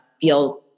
feel